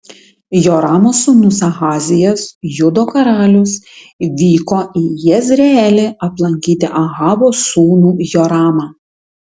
joramo sūnus ahazijas judo karalius vyko į jezreelį aplankyti ahabo sūnų joramą